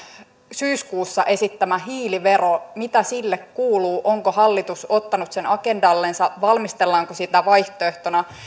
syyskuussa esittämä hiilivero mitä sille kuuluu onko hallitus ottanut sen agendallensa valmistellaanko sitä vaihtoehtona